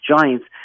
giants